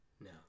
No